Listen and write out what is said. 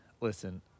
listen